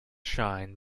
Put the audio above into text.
shine